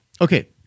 Okay